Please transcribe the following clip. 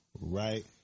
right